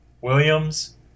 Williams